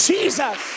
Jesus